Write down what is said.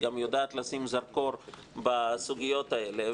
והיא גם יודעת לשים זרקור בסוגיות האלה,